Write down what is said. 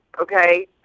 okay